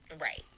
Right